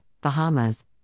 Bahamas